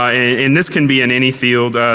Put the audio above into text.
i mean and this can be in any field.